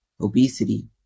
obesity